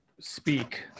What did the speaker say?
speak